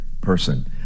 person